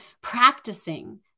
practicing